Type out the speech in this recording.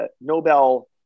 Nobel